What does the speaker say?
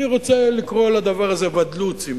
אני רוצה לקרוא לדבר הזה ודלו"צים,